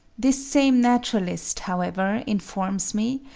this same naturalist, however, informs me,